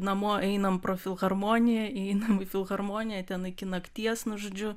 namo einam pro filharmoniją įeinam į filharmoniją ten iki nakties nu žodžiu